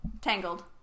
Tangled